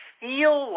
feel